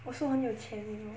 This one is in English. also 很有钱 you know